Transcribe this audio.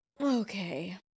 Okay